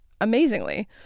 amazingly